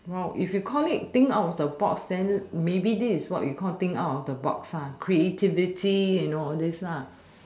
!wow! if you call it think out of the box then maybe this is what we call think out of the box lah creativity you know all this lah